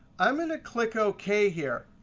i'm going to click ok here.